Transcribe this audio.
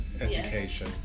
education